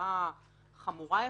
בעבירה באמת חמורה יחסית,